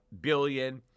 billion